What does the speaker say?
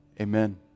Amen